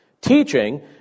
teaching